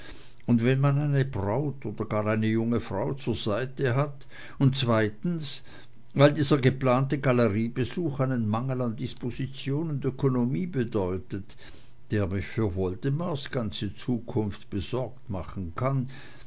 freuen wenn man eine braut oder gar eine junge frau zur seite hat und zweitens weil dieser geplante galeriebesuch einen mangel an disposition und ökonomie bedeutet der mich für woldemars ganze zukunft besorgt machen kann